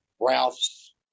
Ralph's